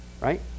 right